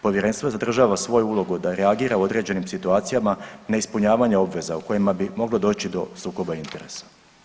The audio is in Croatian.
Povjerenstvo zadržava svoju ulogu da reagira u određenim situacijama neispunjavanja obveza u kojima bi moglo doći do sukoba interesa.